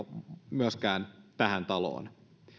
myöskään tähän taloon